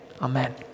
Amen